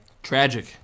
tragic